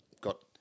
got